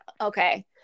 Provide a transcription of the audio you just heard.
Okay